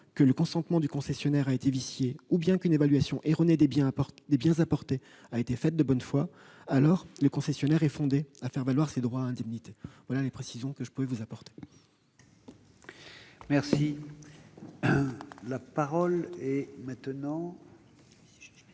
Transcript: que le consentement du concessionnaire a été vicié, ou bien qu'une évaluation erronée des biens apportés a été faite de bonne foi, alors le concessionnaire est fondé à faire valoir ses droits à indemnité. Telles sont les précisions que je pouvais vous apporter, monsieur le sénateur.